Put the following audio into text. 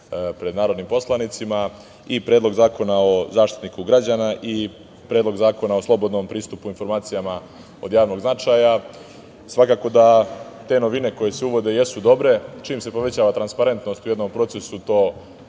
pred narodnim poslanicima, i Predlog zakona o Zaštitniku građana i Predlog zakona o slobodnom pristupu informacijama od javnog značaja. Svakako da te novine koje se uvode jesu dobre, čim se uvećava transparentnost u jednom procesu. To